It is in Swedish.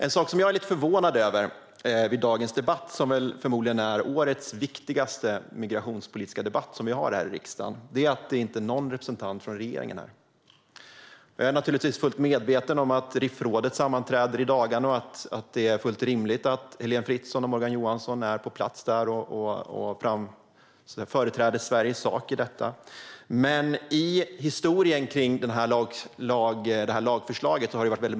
En sak som jag har blivit förvånad över under dagens debatt - för övrigt förmodligen årets viktigaste migrationspolitiska debatt i riksdagen - är att det inte finns någon representant för regeringen här. Jag är naturligtvis fullt medveten om att RIF-rådet sammanträder i dagarna, och det är fullt rimligt att Heléne Fritzon och Morgan Johansson är på plats där och företräder Sveriges sak i detta.